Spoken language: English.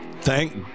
Thank